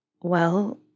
Well